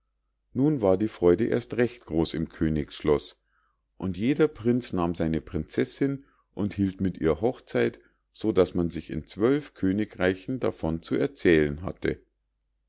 nun war die freude erst recht groß im königsschloß und jeder prinz nahm seine prinzessinn und hielt mit ihr hochzeit so daß man sich in zwölf königreichen davon zu erzählen hatte